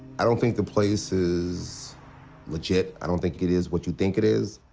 i don't think the place is legit. i don't think it is what you think it is.